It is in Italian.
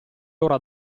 ora